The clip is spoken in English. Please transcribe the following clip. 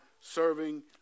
serving